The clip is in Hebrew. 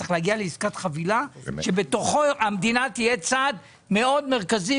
צריך להגיע לעסקת חבילה שבתוכה המדינה תהיה צד מאוד מרכזי,